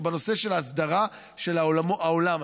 או בנושא של ההסדרה של העולם הזה.